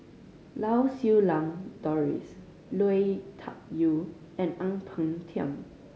Lau Siew Lang Doris Lui Tuck Yew and Ang Peng Tiam